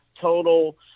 total –